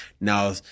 Now